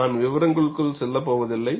நான் விவரங்களுக்குள் செல்லப் போவதில்லை